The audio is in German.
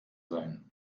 sein